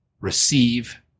receive